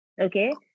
Okay